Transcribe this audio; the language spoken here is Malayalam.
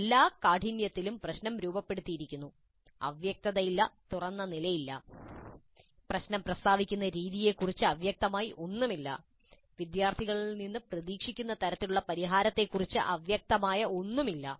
എല്ലാ കാഠിന്യത്തിലും പ്രശ്നം രൂപപ്പെടുത്തിയിരിക്കുന്നു അവ്യക്തതയില്ല തുറന്ന നിലയില്ല പ്രശ്നം പ്രസ്താവിക്കുന്ന രീതിയെക്കുറിച്ച് അവ്യക്തമായി ഒന്നുമില്ല വിദ്യാർത്ഥികളിൽ നിന്ന് പ്രതീക്ഷിക്കുന്ന തരത്തിലുള്ള പരിഹാരത്തെക്കുറിച്ച് അവ്യക്തമായി ഒന്നുമില്ല